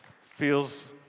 Feels